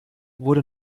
wurde